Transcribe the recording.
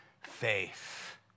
faith